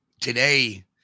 Today